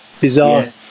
bizarre